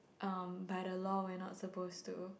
um by the law we're not supposed to